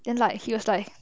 then like he was like